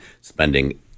spending